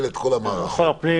שהוא השר הממונה,